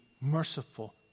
merciful